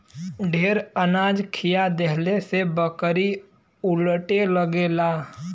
ढेर अनाज खिया देहले से बकरी उलटे लगेला